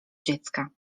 dziecka